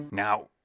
Now